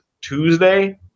Tuesday